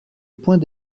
point